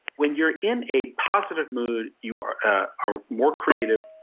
when you're in a positive mood, you are ah are more creative.